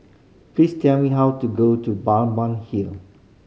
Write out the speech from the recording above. please tell me how to go to Balmeg Hill